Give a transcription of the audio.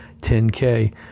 10K